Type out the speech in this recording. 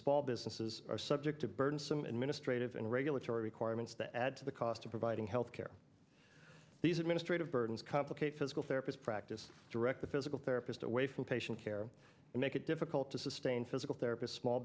small businesses are subject to burdensome administrative and regulatory requirements that add to the cost of providing health care these administrative burdens complicate physical therapist practice direct a physical therapist away from patient care and make it difficult to sustain physical therapist small